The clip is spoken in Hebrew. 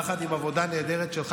יחד עם עבודה נהדרת שלך,